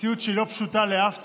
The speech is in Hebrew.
מציאות שהיא לא פשוטה לאף צד,